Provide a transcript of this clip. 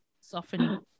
softening